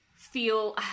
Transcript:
feel